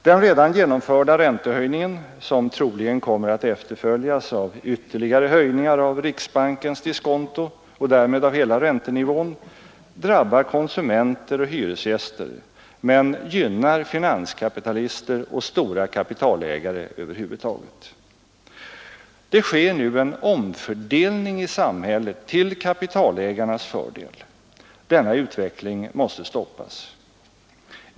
Den redan genomförda räntehöjningen, som troligen kommer att efterföljas av ytterligare höjningar av riksbankens diskonto och därmed av hela räntenivån, drabbar konsumenter och hyresgäster men gynnar finanskapitalister och stora kapitalägare över huvud taget. Det sker nu en omfördelning i samhället till kapitalägarnas fördel. Denna utveckling måste stoppas.